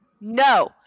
No